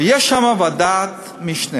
ויש שם ועדת משנה